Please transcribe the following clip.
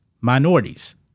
minorities